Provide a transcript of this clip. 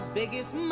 biggest